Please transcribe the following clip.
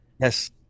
Yes